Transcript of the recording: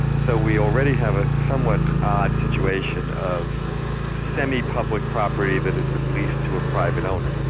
so we already have a somewhat odd situation of semi-public property that has been leased to private owner,